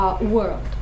world